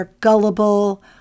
gullible